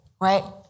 right